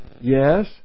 yes